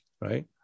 right